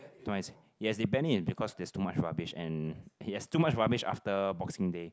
twice yes they ban it because there's too much rubbish and it has too much rubbish after Boxing day